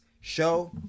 show